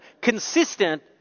consistent